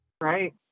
Right